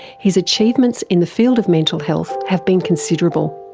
his achievements in the field of mental health have been considerable.